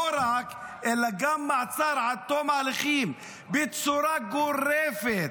לא רק, אלא גם מעצר עד תום ההליכים בצורה גורפת,